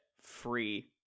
free